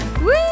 woo